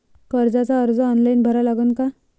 कर्जाचा अर्ज ऑनलाईन भरा लागन का?